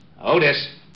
Otis